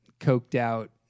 coked-out –